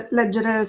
leggere